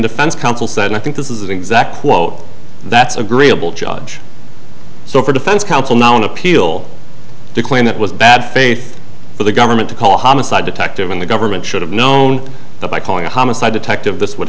defense counsel said i think this is an exact quote that's agreeable judge so for defense counsel now an appeal to claim it was bad faith for the government to call a homicide detective and the government should have known that by calling a homicide detective this would